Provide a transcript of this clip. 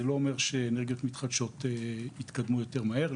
זה לא אומר שאנרגיות מתחדשות יתקדמו יותר מהר.